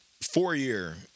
four-year